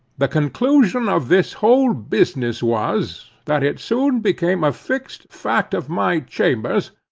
the conclusion of this whole business was, that it soon became a fixed fact of my chambers,